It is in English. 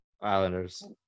Islanders